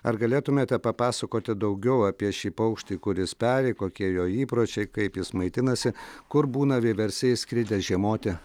ar galėtumėte papasakoti daugiau apie šį paukštį kuris peri kokie jo įpročiai kaip jis maitinasi kur būna vieversiai išskridę žiemoti